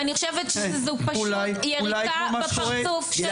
אני חושבת שזו פשוט יריקה בפרצוף של הכנסת,